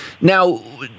Now